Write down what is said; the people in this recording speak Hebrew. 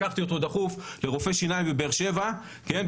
לקחתי אותו בדחיפות לרופא שיניים בבאר שבע כדי